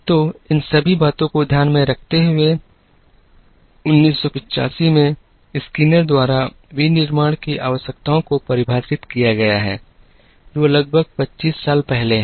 तो इन सभी बातों को ध्यान में रखते हुए 1985 में स्किनर द्वारा विनिर्माण की आवश्यकताओं को परिभाषित किया गया है जो लगभग 25 साल पहले है